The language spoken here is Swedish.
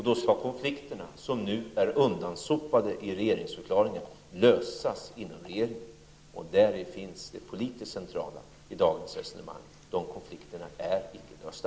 Då skall konflikterna som nu är undansopade i regeringsförklaringen lösas inom regeringen. Däri finns det politiskt centrala i dagens resonemang. De konflikterna är inte lösta.